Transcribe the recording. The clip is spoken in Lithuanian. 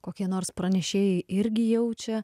kokie nors pranešėjai irgi jaučia